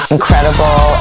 Incredible